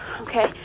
okay